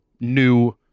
new